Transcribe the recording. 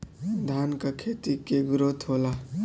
धान का खेती के ग्रोथ होला?